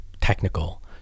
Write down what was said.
technical